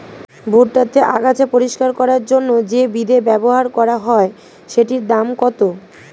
ভুট্টা তে আগাছা পরিষ্কার করার জন্য তে যে বিদে ব্যবহার করা হয় সেটির দাম কত?